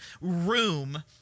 room